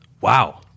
Wow